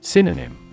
Synonym